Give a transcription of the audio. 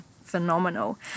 phenomenal